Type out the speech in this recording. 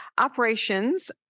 Operations